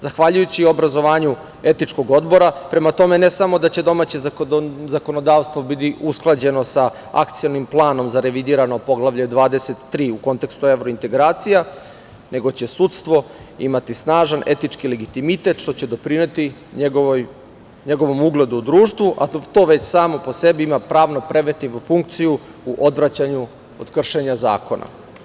Zahvaljujući obrazovanju etičkog odbora, ne samo da će domaće zakonodavstvo biti usklađeno sa Akcionom planom za revidirano Poglavlje 23 u kontekstu evrointegracija, nego će sudstvo imati snažan etički legitimitet, što će doprineti njegovom ugledu u društvu, a to već samo po sebi ima pravno-preventivnu funkciju u odvraćanju od kršenja zakona.